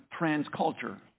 transculture